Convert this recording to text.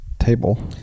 Table